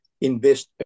invest